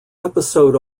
episode